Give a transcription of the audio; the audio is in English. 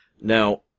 Now